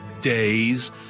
days